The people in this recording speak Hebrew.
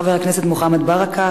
חבר הכנסת מוחמד ברכה,